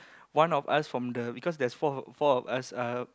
one of us from the because there's four four of us uh